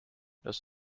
does